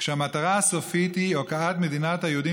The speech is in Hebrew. כשהמטרה הסופית היא הוקעת מדינת היהודים